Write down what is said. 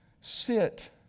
sit